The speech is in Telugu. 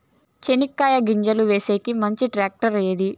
చెనక్కాయ గింజలు వేసేకి మంచి టాక్టర్ ఏది?